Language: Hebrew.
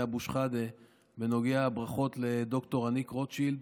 אבו שחאדה בנוגע לברכות לד"ר אניק רוטשילד,